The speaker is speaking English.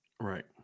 Right